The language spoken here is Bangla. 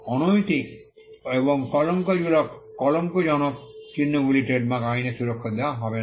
অনৈতিক ও কলঙ্কজনক চিহ্নগুলিকে ট্রেডমার্ক আইনে সুরক্ষা দেওয়া হবে না